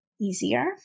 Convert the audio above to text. easier